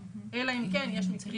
איתו.